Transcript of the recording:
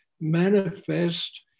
manifest